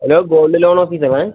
hello gold loan office ആണോ